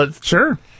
Sure